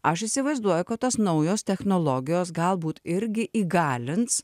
aš įsivaizduoju kad tos naujos technologijos galbūt irgi įgalins